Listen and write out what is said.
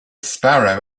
sparrow